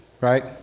right